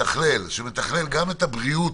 שמתכלל גם את הבריאות